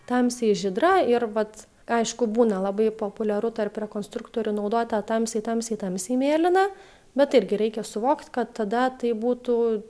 tamsiai žydra ir vat aišku būna labai populiaru tarp rekonstruktorių naudot tą tamsiai tamsiai tamsiai mėlyną bet irgi reikia suvokt kad tada tai būtų